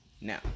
Now